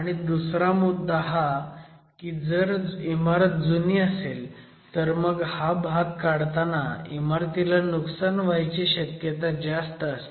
आणि दुसरा मुद्दा हा की जर इमारत जुनी असेल तर मग हा भाग काढताना इमारतीला नुकसान व्हायची शक्यता असते